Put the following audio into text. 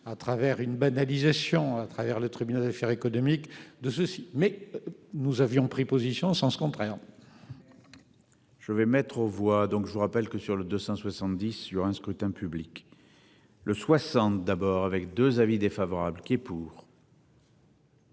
à travers une banalisation à travers les tribunaux affaires économiques de-ci mais nous avions pris position en sens contraire. Je vais mettre aux voix, donc je vous rappelle que sur le 270 sur un scrutin public. Le 60 d'abord avec 2 avis défavorable qui est pour.